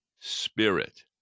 Spirit